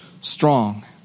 strong